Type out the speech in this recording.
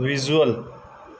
visual